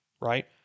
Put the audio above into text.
right